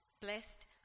Blessed